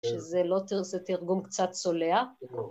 ‫שזה לא זה תרגום קצת צולע. ‫-נכון.